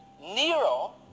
Nero